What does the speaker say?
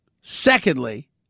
Secondly